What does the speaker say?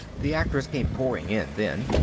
the actors came pouring in then,